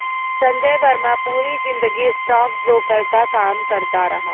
संजय वर्मा पूरी जिंदगी स्टॉकब्रोकर का काम करता रहा